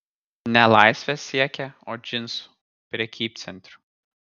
ne laisvės siekė o džinsų prekybcentrių